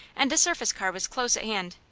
and a surface car was close at hand.